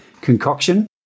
concoction